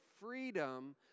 freedom